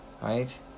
Right